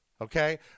okay